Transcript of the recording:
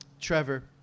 Trevor